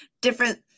different